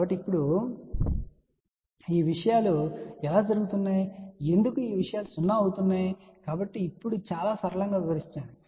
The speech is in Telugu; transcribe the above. కాబట్టి ఇప్పుడు ఈ విషయాలు ఎలా జరుగుతున్నాయి ఎందుకు ఈ విషయాలు 0 అవుతున్నాయి కాబట్టి ఇప్పుడు చాలా సరళంగా వివరించాను